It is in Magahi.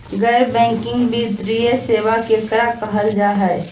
गैर बैंकिंग वित्तीय सेबा केकरा कहल जा है?